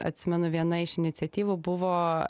atsimenu viena iš iniciatyvų buvo